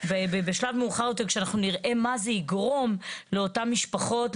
בשלב מאוחר יותר כשאנחנו נראה מה זה יגרום לאותן משפחות,